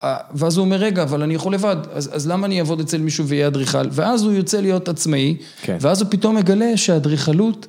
ואז הוא אומר, רגע, אבל אני יכול לבד, אז למה אני אעבוד אצל מישהו ואהיה אדריכל? ואז הוא יוצא להיות עצמאי, ואז הוא פתאום מגלה שהאדריכלות...